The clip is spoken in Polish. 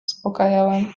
uspokajałem